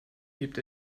hebt